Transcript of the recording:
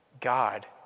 God